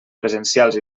presencials